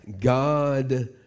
God